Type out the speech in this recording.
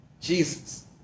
Jesus